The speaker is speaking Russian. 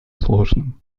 сложным